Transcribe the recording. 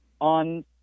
on